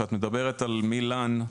כשאת מדברת על מי לן,